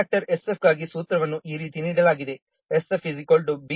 scale factor sf ಗಾಗಿ ಸೂತ್ರವನ್ನು ಈ ರೀತಿ ನೀಡಲಾಗಿದೆ sf B 0